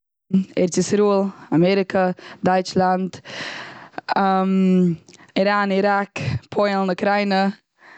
ארץ ישראל, אמעריקא, דייטשלאנד, איראן, איראק, פוילן, אוקריינע.